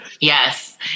Yes